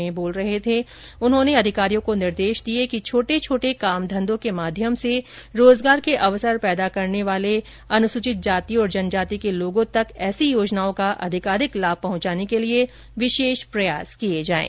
उन्होंने बैठक में अधिकारियों को निर्देश दिए कि छोटे छोटे काम घंधों के माध्यम से रोजगार के अवसर पैदा करने वाले अनुसूचित जाति और जनजाति के लोगों तक ऐसी योजनाओं का अधिकाधिक लाभ पहुंचाने के लिए विशेष प्रयास करें